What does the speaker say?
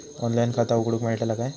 Online खाता उघडूक मेलतला काय?